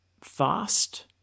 fast